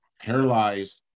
paralyzed